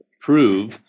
prove